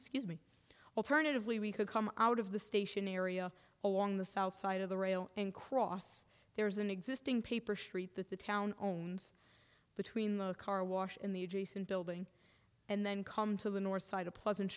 alternative alternatively we could come out of the station area along the south side of the rail and cross there is an existing paper street that the town owns between the car wash in the adjacent building and then come to the north side of pleasant